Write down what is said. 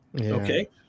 okay